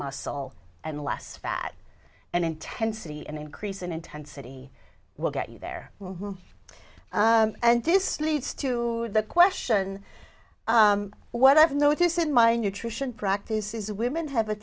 muscle and less fat and intensity and increase in intensity will get you there and this leads to the question what i've notice in my nutrition practice is women have a